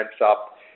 up